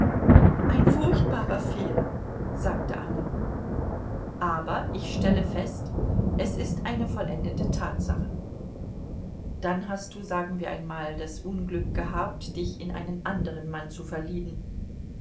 ein furchtbarer fehler sagte anna aber ich stelle fest es ist eine vollendete tatsache dann hast du sagen wir einmal das unglück gehabt dich in einen andern mann zu verlieben